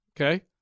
Okay